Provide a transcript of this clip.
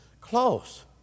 close